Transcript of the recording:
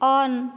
on